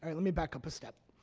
and let me back up a step.